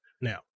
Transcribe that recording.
now